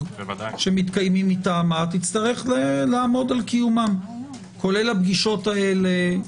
שמתקיימים מטעמה תצטרך לעמוד על קיומם כולל הפגישות האלה.